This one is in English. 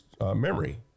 memory